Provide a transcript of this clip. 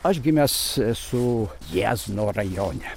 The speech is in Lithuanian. aš gimęs esu jiezno rajone